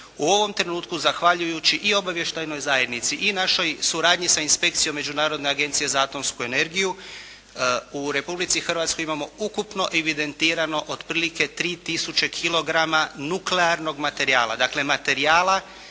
U ovom trenutku zahvaljujući i obavještajnoj zajednici i našoj suradnji sa inspekcijom Međunarodne agencije za atomsku energiju u Republici Hrvatskoj imamo ukupno evidentirano otprilike 3 tisuće kilograma nuklearnog materijala. Dakle, materijala